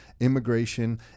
immigration